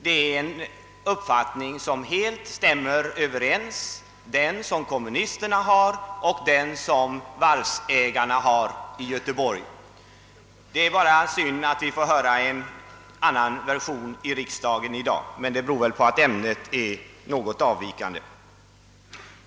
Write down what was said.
Denna kommunisternas uppfattning stämmer helt överens med den som varvsägarna i Göteborg har. Det är bara synd att vi här i kammaren nu får höra en annan version, men det beror väl på att ämnet här i någon mån är avvikande.